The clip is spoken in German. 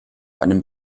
einem